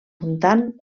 muntant